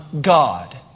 God